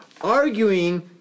arguing